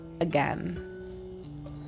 again